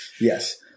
Yes